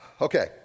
Okay